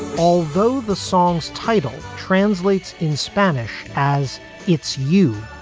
although the song's title translates in spanish as it's you.